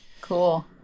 Cool